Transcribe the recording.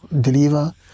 deliver